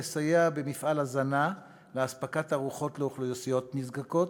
לסייע במפעל הזנה לאספקת ארוחות לאוכלוסיות נזקקות,